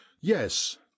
yes